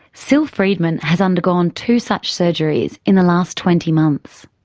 syl freedman has undergone two such surgeries in the last twenty months.